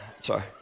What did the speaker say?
sorry